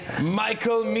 Michael